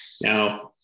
now